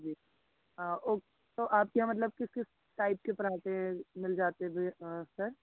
जी आपके यहाँ मतलब किस किस टाइप के पराँठे मिल जाते हैं सर